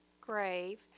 grave